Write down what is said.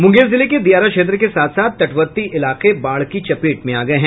मुंगेर जिले के दियारा क्षेत्र के साथ साथ तटवर्ती इलाके बाढ़ की चपेट में आ गये हैं